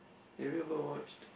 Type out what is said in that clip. have you ever watched